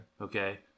Okay